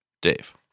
Dave